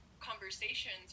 conversations